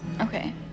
okay